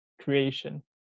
creation